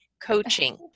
coaching